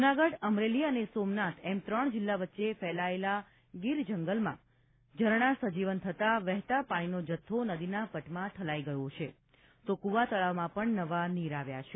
જૂનાગઢ અમરેલી અને સોમનાથ એમ ત્રણ જિલ્લા વચ્ચે ફેલાયેલા ગીર જંગલમાં ઝરણાં સજીવન થતાં વહેતા પાણીનો જથ્થો નદીના પટમાં ઠલાઇ રહ્યો છે તો કુવા તળાવમાં પણ નવા નીર આવ્યા છે